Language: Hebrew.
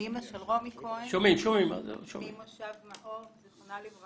זיכרונה לברכה ממושב מאור.